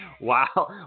Wow